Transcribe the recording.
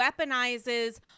weaponizes